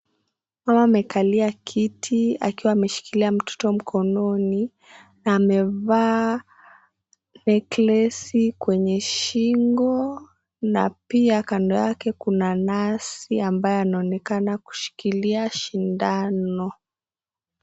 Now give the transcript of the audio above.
Huyo amekalia kiti akiwa ameshikilia mtoto mkononi na amevaa neklesi kwenye shingo na pia kando yake kuna Nasi ambaye anaonekana kushikilia sindano.